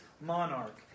monarch